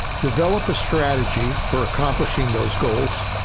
develop a strategy for accomplishing those goals,